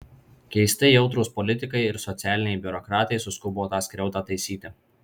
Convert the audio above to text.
keistai jautrūs politikai ir socialiniai biurokratai suskubo tą skriaudą taisyti